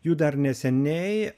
jų dar neseniai